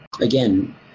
again